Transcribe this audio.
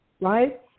right